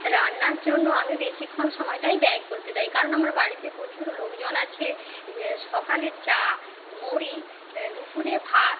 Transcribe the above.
রান্নার জন্য আমি বেশিক্ষণ সময়টাই ব্যয় করতে চাই কারণ আমার বাড়িতে প্রচুর লোকজন আছে সকালের চা মুড়ি দুপুরের ভাত